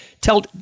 tell